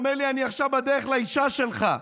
הוא אומר לי: אני עכשיו בדרך לאישה שלך.